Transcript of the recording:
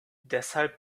deshalb